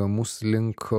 mus link